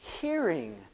Hearing